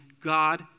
God